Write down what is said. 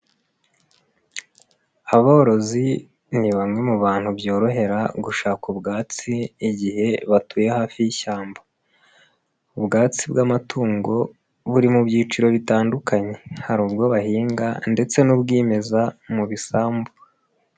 Aborozi ni bamwe mu bantu byorohera gushaka ubwatsi igihe batuye hafi y'ishyamba, ubwatsi bw'amatungo buri mu byiciro bitandukanye hari ubwo bahinga ndetse n'ubwimeza mu bisambu.